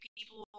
people